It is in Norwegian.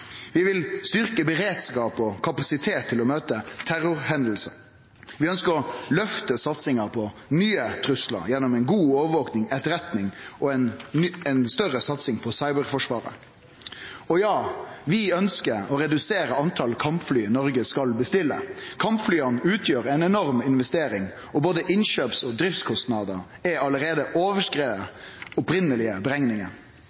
Vi vil styrkje beredskap og kapasitet til å møte terrorhendingar. Vi ønskjer å løfte satsinga på nye truslar gjennom god overvaking, etterretning og større satsing på cyberforsvar. Og ja, vi ønskjer å redusere talet på kampfly Noreg skal bestille. Kampflya utgjer ei enorm investering, og både innkjøps- og driftskostnader har allereie